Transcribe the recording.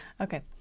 Okay